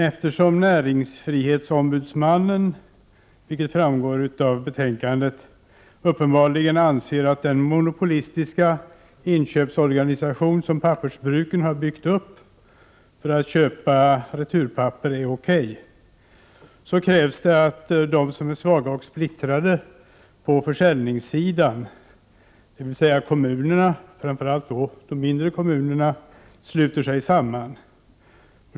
Eftersom näringsfrihetsombudsmannen, vilket framgår av betänkandet, uppenbarligen anser att den monopolistiska inköpsorganisation som pappersbruken har byggt upp för att köpa returpapper är okej, krävs det att de som är svaga och splittrade på försäljningssidan — dvs. kommunerna, och då framför allt de mindre kommunerna — sluter sig samman.